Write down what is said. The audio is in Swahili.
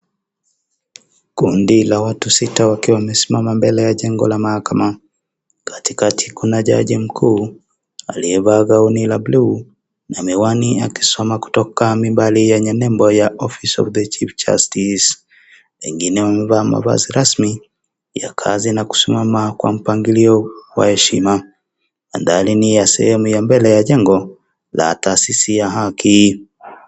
Kundi la watu sita wakiwa wamesimama mbele ya jengo la mahakam katikati kuna jaji mkuu aliyevaa gauni la buluu na miwani, akisoma kutoka mibali yenye nembo ya Office of the Chief Justice , wengine wamevaa mavazi rasmi ya kazi na kusimama kwa mpangilio wa heshima, na dalili ya sehemu mbele ya jengo la taasisi ya haki.